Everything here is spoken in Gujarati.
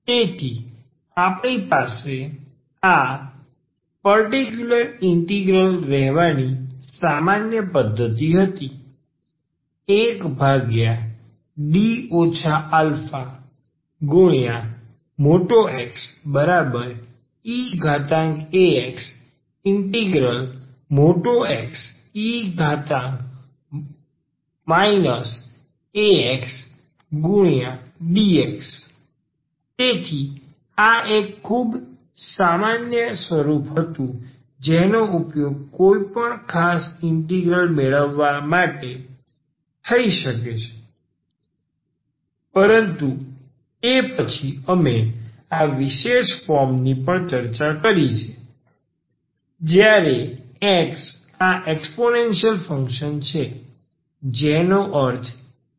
તેથી આપણી પાસે આ પર્ટીકયુલર ઇન્ટિગ્રલ રહેવાની સામાન્ય પદ્ધતિ હતી 1D αXeαxXe αxdx તેથી આ એક ખૂબ જ સામાન્ય સ્વરૂપ હતું જેનો ઉપયોગ કોઈપણ ખાસ ઇન્ટિગ્રલ મેળવવા માટે થઈ શકે છે પરંતુ તે પછી અમે આ વિશેષ ફોર્મની પણ ચર્ચા કરી છે જ્યારે X આ એક્સપોનેનશીયલ ફંક્શન છે જેનો અર્થ eαx થાય છે